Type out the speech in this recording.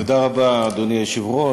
אדוני היושב-ראש,